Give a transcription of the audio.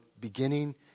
beginning